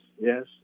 yes